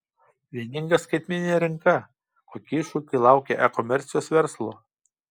vieninga skaitmeninė rinka kokie iššūkiai laukia e komercijos verslo